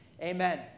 Amen